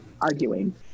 arguing